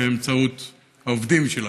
באמצעות העובדים של הכנסת.